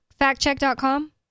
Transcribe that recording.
factcheck.com